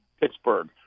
Pittsburgh